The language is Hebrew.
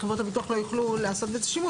חברות הביטוח לא יוכלו לעשות בזה שימוש